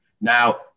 Now